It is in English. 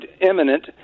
imminent